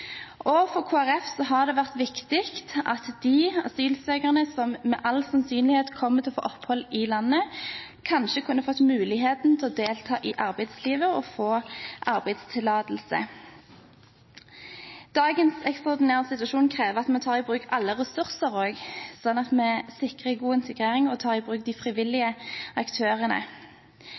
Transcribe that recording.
For Kristelig Folkeparti har det vært viktig at de asylsøkerne som med all sannsynlighet kommer til å få opphold i landet, kanskje kunne fått muligheten til å delta i arbeidslivet og få arbeidstillatelse. Dagens ekstraordinære situasjon krever at vi tar i bruk alle ressurser, slik at vi sikrer god integrering og tar i bruk de